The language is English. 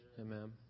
Amen